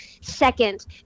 second